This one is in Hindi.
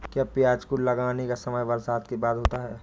क्या प्याज को लगाने का समय बरसात के बाद होता है?